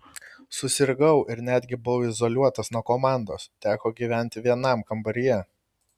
susirgau ir netgi buvau izoliuotas nuo komandos teko gyventi vienam kambaryje